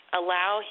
allow